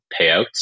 payouts